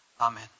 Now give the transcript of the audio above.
Amen